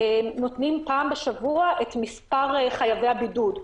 נותנים פעם בשבוע את מספר חייבי הבידוד.